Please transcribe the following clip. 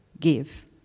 give